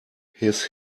his